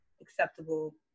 acceptable